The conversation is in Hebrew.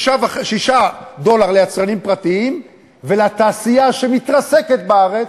6 דולר ליצרנים פרטיים, ולתעשייה, שמתרסקת בארץ,